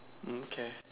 mm k